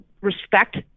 respect